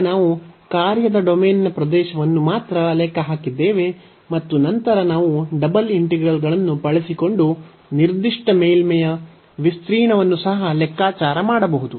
ಈಗ ನಾವು ಕಾರ್ಯದ ಡೊಮೇನ್ನ ಪ್ರದೇಶವನ್ನು ಮಾತ್ರ ಲೆಕ್ಕ ಹಾಕಿದ್ದೇವೆ ಮತ್ತು ನಂತರ ನಾವು ಡಬಲ್ ಇಂಟಿಗ್ರಲ್ಗಳನ್ನು ಬಳಸಿಕೊಂಡು ನಿರ್ದಿಷ್ಟ ಮೇಲ್ಮೈಯ ಮೇಲ್ಮೈ ವಿಸ್ತೀರ್ಣವನ್ನು ಸಹ ಲೆಕ್ಕಾಚಾರ ಮಾಡಬಹುದು